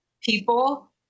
people